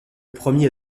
premier